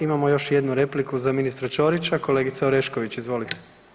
Imamo još jednu repliku za ministra Ćorića, kolegice Orešković izvolite.